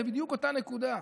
זה בדיוק אותה נקודה.